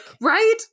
Right